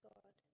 God